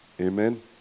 Amen